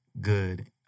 good